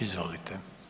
Izvolite.